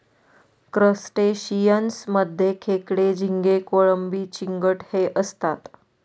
crustaceans मध्ये खेकडे, झिंगे, कोळंबी, चिंगट हे असतात